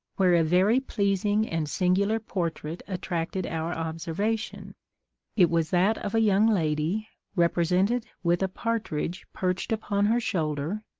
where a very pleasing and singular portrait attracted our observation it was that of a young lady, represented with a partridge perched upon her shoulder